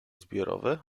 zbiorowe